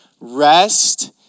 rest